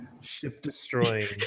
ship-destroying